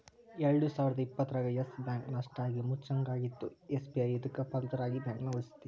ಎಲ್ಡು ಸಾವಿರದ ಇಪ್ಪತ್ತರಾಗ ಯಸ್ ಬ್ಯಾಂಕ್ ನಷ್ಟ ಆಗಿ ಮುಚ್ಚಂಗಾಗಿತ್ತು ಎಸ್.ಬಿ.ಐ ಇದಕ್ಕ ಪಾಲುದಾರ ಆಗಿ ಬ್ಯಾಂಕನ ಉಳಿಸ್ತಿ